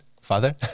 Father